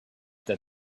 that